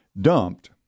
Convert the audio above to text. dumped